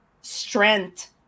strength